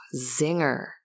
zinger